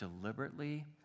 deliberately